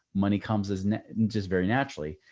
money comes as just very naturally.